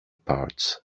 parts